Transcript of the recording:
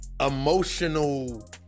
emotional